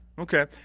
Okay